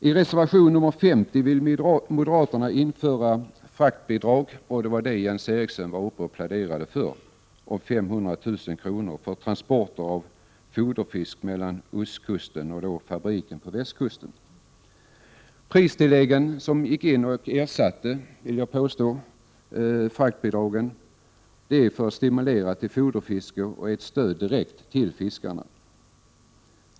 I reservation nr 50 vill moderaterna införa fraktbidrag — som Jens Eriksson var uppe och pläderade för — om 500 000 kr. för transporter av foderfisk mellan ostkusten och fabriken på västkusten. Pristilläggen gick in och, enligt vad jag vill påstå, ersatte fraktbidragen för att stimulera till foderfiske och ett direkt stöd till fiskarna.